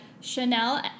Chanel